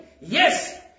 yes